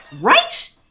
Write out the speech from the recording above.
right